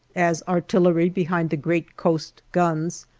as artillery behind the great coast guns,